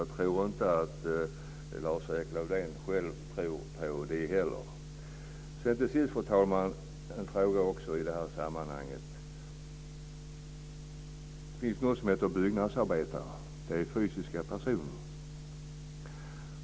Jag tror inte att Lars-Erik Lövdén själv tror på det heller. Till sist, fru talman, en annan fråga i det här sammanhanget. Det finns något som heter byggnadsarbetare. Det är fysiska personer.